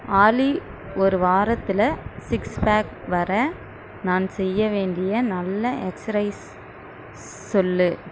ஆலி ஒரு வாரத்தில் சிக்ஸ் பேக் வர நான் செய்ய வேண்டிய நல்ல எக்ஸ்ரெஸ் சொல்